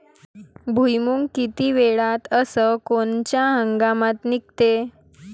भुईमुंग किती वेळात अस कोनच्या हंगामात निगते?